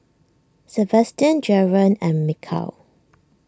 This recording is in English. Sabastian Jaren and Mikal